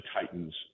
Titans